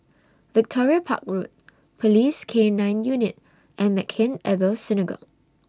Victoria Park Road Police K nine Unit and Maghain Aboth Synagogue